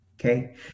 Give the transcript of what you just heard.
Okay